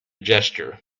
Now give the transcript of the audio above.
gesture